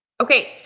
Okay